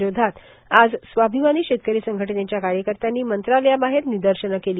विरोधात आज स्वाभिमानी शेतकरी संघटनेच्या कार्यकत्र्यांनी मंत्रालयाबाहेर निदर्शनं केली